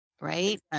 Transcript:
right